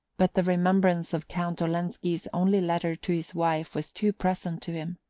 but the remembrance of count olenski's only letter to his wife was too present to him.